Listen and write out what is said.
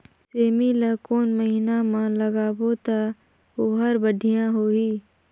सेमी ला कोन महीना मा लगाबो ता ओहार बढ़िया होही?